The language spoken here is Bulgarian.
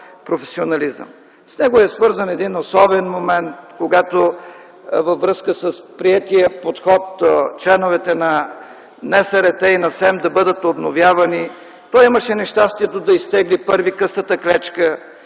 С него е свързан един особен момент, когато във връзка с приетия подход членовете на НСРТ и на СЕМ да бъдат обновявани, той имаше нещастието да изтегли първи късата клечка.